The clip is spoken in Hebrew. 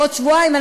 בעוד שבועיים,